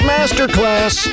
Masterclass